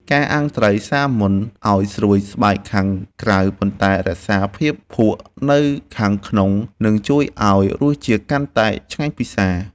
ការអាំងត្រីសាម៉ុនឱ្យស្រួយស្បែកខាងក្រៅប៉ុន្តែរក្សាភាពភក់នៅខាងក្នុងនឹងជួយឱ្យរសជាតិកាន់តែឆ្ងាញ់ពិសា។